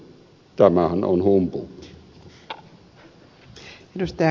tämähän on humpuukia